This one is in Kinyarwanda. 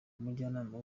umujyanama